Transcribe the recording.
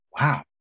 wow